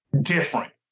different